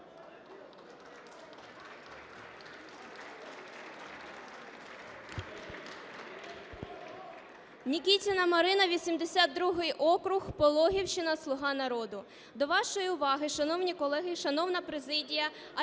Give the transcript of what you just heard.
Нікітіна Марина, 82 округ, Пологівщина, "Слуга народу". До вашої уваги, шановні колеги і шановна президія,